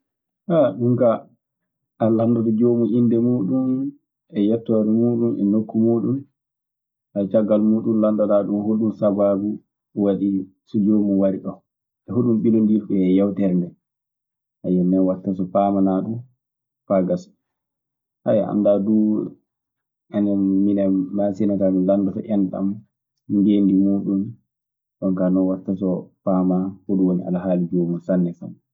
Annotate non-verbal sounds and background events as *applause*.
*hesitation* Ɗum kaa a lanndoto joomum innde muuɗum e yettoore muuɗum, e nokku muuɗum. Caggal muuɗum lanndoɗaa ɗum hoɗum sabaabu waɗi so joomum wari ɗon e hoɗum ɓilondiri ɗum e yewtere ndee. Ndenno non watta so paamanaa ɗum faa gassa *hesitation* anndaa duu, enem-minem Maasina, min lanndoto enɗam, ngenndi muuɗum. Jonkaa non watta so paamaa hoɗum woni alahaali joomum sanne sanne.